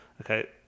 Okay